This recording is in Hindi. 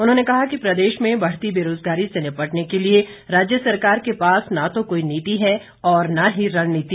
उन्होंने कहा कि प्रदेश में बढ़ती बेरोज़गारी से निपटने के लिए राज्य सरकार के पा न तो कोई नीति है और न ही रणनीति